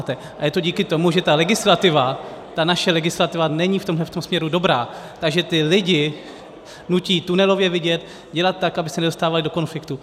A je to díky tomu, že ta legislativa, naše legislativa není v tomto směru dobrá, takže ty lidi nutí tunelově vidět, dělat tak, aby se nedostávali do konfliktu.